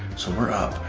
so we're up.